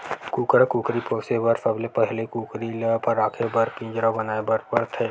कुकरा कुकरी पोसे बर सबले पहिली कुकरी ल राखे बर पिंजरा बनाए बर परथे